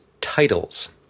titles